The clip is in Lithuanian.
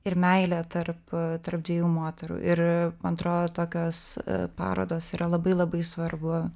ir meilė tarp tarp dviejų moterų ir man atrodo tokios parodos yra labai labai svarbu